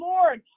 Lord